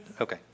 Okay